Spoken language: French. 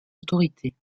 autorités